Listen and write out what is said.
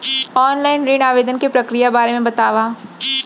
Online ऋण आवेदन के प्रक्रिया के बारे म बतावव?